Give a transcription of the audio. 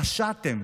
פשעתם.